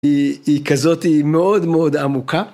היא כזאת היא מאוד מאוד עמוקה.